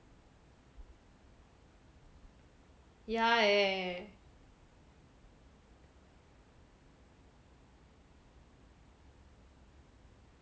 yea